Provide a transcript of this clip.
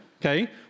Okay